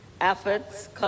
efforts